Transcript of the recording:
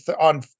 on